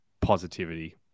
positivity